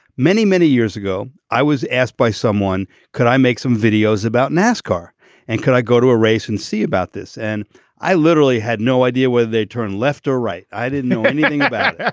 many many years ago i was asked by someone could i make some videos about nascar and can i go to a race and see about this. and i literally had no idea where they turn left or right. i didn't know anything about that.